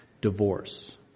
divorce